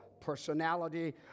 personality